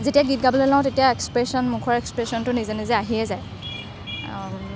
যেতিয়া গীত গাবলৈ লওঁ তেতিয়া এক্সপ্ৰেশ্যন মুখৰ এক্সপ্ৰেশ্যনটো নিজে নিজে আহিয়েই যায়